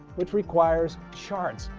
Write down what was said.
which requires charts.